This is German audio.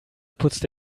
putzte